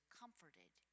comforted